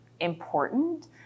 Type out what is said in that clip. important